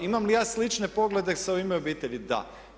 Imam li ja slične poglede sa u ime obitelji, da.